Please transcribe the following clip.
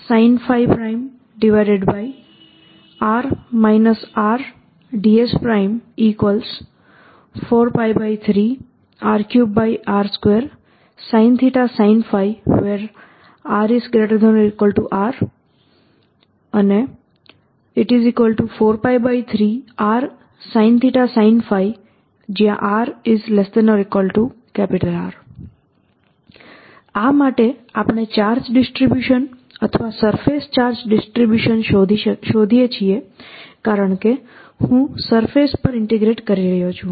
sinsinϕ|r R|ds 4π3R3r2sinθsinϕ r≥R 4π3rsinθsinϕ r≤R આ માટે આપણે ચાર્જ ડિસ્ટ્રિબ્યુશન અથવા સરફેસ ચાર્જ ડિસ્ટ્રિબ્યુશન શોધીએ છીએ કારણકે હું સરફેસ ઉપર ઇંટીગ્રેટ કરી રહ્યો છું